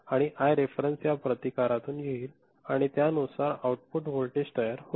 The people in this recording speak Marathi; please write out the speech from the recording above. आणि हा आय रेफेरेंस या प्रतिकारातून येईल आणि त्यानुसार आउटपुट व्होल्टेज तयार होईल